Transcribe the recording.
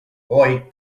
boy